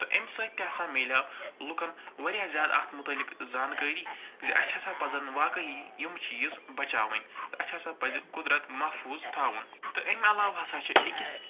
تہٕ اَمہِ سۭتۍ تہِ ہَسا مِلیو لُکن وارِیاہ زیادٕ اتھ متعلق زانکٲری زِ اَسہِ ہَسا پزن واقعی یِم چیٖز بچاوٕنۍ تہٕ اَسہِ ہَسا پزِ قُدرت محفوٗظ تھاوُن تہٕ اَمہِ علاو ہسا چھِ أکِس